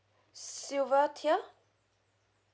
silver tier